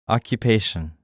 Occupation